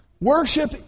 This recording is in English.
Worship